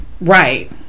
Right